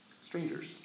strangers